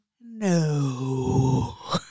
no